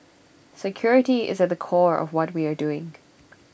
security is at the core of what we are doing